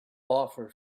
offer